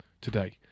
today